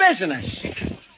business